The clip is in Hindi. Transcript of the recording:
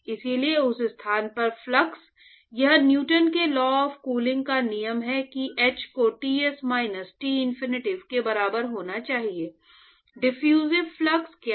इसलिए उस स्थान पर फ्लक्स यह न्यूटन के लॉ ऑफ़ कूलिंग का नियम है कि h को Ts माइनस टिनफिनिटी के बराबर होना चाहिए डिफ्यूसिव फ्लक्स क्या है